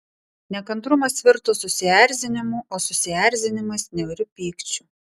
nekantrumas virto susierzinimu o susierzinimas niauriu pykčiu